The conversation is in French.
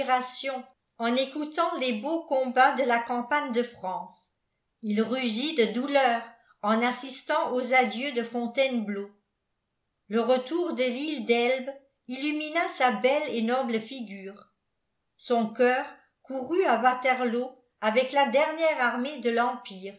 en écoutant les beaux combats de la campagne de france il rugit de douleur en assistant aux adieux de fontainebleau le retour de l'île d'elbe illumina sa belle et noble figure son coeur courut à waterloo avec la dernière armée de l'empire